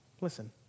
Listen